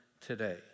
today